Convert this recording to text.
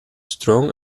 strong